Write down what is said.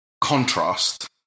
contrast